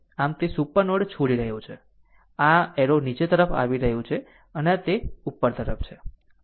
આમ તે super node છોડી રહ્યું છે આ એરો નીચે તરફ બતાવી રહ્યું છે અને આ ઉપર તરફ છે